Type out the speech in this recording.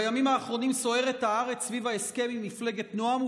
בימים האחרונים סוערת הארץ סביב ההסכם עם מפלגת נעם,